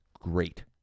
great